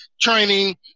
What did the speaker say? training